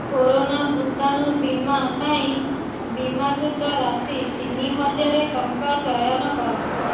corona ଭୂତାଣୁ ବୀମା ପାଇଁ ବୀମାକୃତ ରାଶି ତିନି ହଜାର ଟଙ୍କା ଚୟନ କର